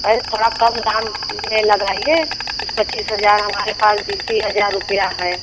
अरे थोड़ा कम दाम में लगाइए बीस पच्चीस हजार हमारे पास बीस ही हजार रुपया है